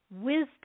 wisdom